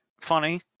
funny